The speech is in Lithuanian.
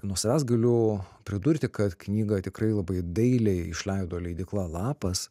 nuo savęs galiu pridurti kad knygą tikrai labai dailiai išleido leidykla lapas